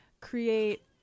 create